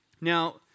Now